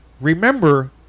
remember